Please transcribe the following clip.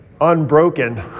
unbroken